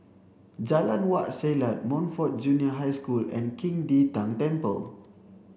Jalan Wak Selat Montfort Junior School and Qing De Tang Temple